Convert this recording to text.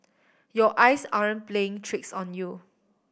your eyes aren't playing tricks on you